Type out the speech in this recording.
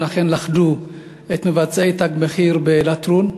אכן לכדו את מבצעי "תג מחיר" בלטרון.